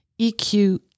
EQ